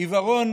עיוורון